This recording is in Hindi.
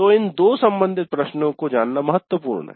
तो इन दो संबंधित प्रश्नों को जानना महत्वपूर्ण है